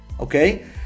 okay